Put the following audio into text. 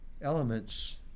Elements